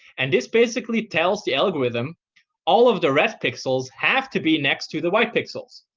and this basically tells the algorithm all of the red pixels have to be next to the white pixels,